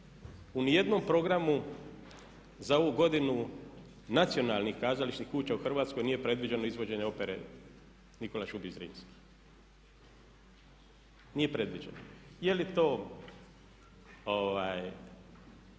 u nijednom programu za ovu godinu nacionalnih kazališnih kuća u Hrvatskoj nije predviđeno izvođenje opere "Nikola Šubić Zrinski", nije predviđeno. Je li to